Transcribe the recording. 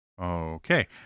Okay